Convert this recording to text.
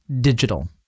Digital